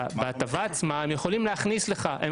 בהטבה עצמה הם יכולים להכניס לך סעיף.